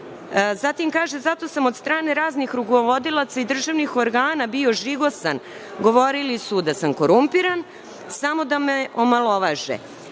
Zatim, kaže, zato sam od strane raznih rukovodila i državnih organa bio žigosan, govorili su da sam korumpiran samo da me omalovaže,